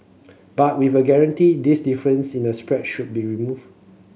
but with a guarantee this difference in the spread should be removed